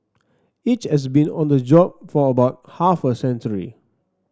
each has been on the job for about half a century